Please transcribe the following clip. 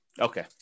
Okay